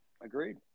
Agreed